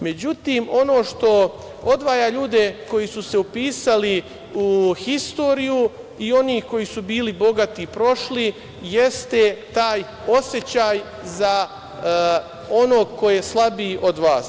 Međutim, ono što odvaja ljude koji su se upisali u istoriju i onih koji su bili bogati i prošli jeste taj osećaj za onog koji je slabiji od vas.